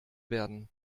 werden